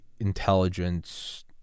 intelligence